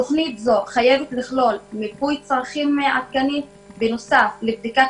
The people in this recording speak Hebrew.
תוכנית זו חייבת לכלול מיפוי צרכים עדכנית בנוסף לבדיקת